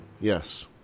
Yes